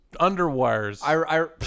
underwires